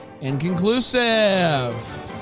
inconclusive